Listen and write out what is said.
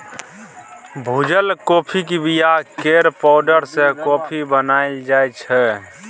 भुजल काँफीक बीया केर पाउडर सँ कॉफी बनाएल जाइ छै